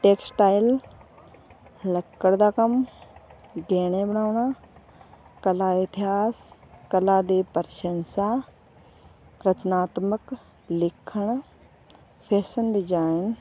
textile ਲੱਕੜ ਦਾ ਕੰਮ ਗਹਿਣੇ ਬਣਾਉਣਾ ਕਲਾ ਇਤਿਹਾਸ ਕਲਾ ਦੇ ਪ੍ਰਸ਼ੰਸਾ ਰਚਨਾਤਮਕ ਲੇਖਣ ਫੈਸ਼ਨ ਡਿਜਾਇਨ